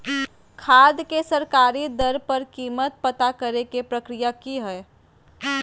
खाद के सरकारी दर पर कीमत पता करे के प्रक्रिया की हय?